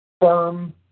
firm